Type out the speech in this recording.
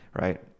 right